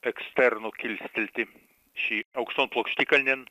eksternu kilstelti šį aukšton plokštikalnėn